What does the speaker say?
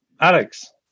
Alex